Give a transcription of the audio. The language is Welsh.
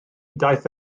daeth